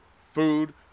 food